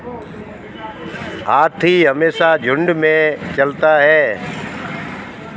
हाथी हमेशा झुंड में चलता है